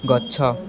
ଗଛ